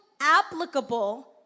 applicable